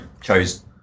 chose